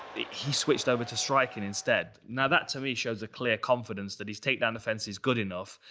he switched over to striking instead. now that, to me, shows a clear confidence that his takedown defense is good enough.